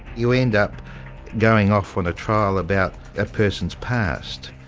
you end up going off on a trial about a person's past,